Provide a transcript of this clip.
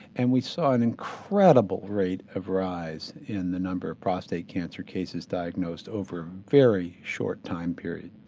and we saw an incredible rate of rise in the number of prostate cancer cases diagnosed over a very short time period.